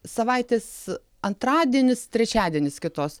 savaitės antradienis trečiadienis kitos